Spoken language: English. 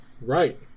Right